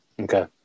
Okay